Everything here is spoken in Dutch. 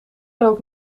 rookt